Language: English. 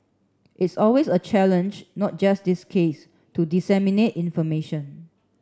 it's always a challenge not just this case to disseminate information